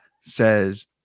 says